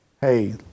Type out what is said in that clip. Hey